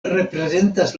reprezentas